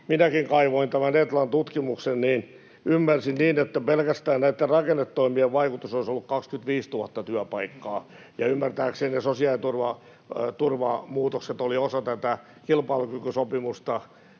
minäkin kaivoin tämän Etlan tutkimuksen. Ymmärsin niin, että pelkästään rakennetoimien vaikutus olisi ollut 25 000 työpaikkaa, ja ymmärtääkseni sosiaaliturvamuutokset olivat osa tätä kilpailukykysopimusta,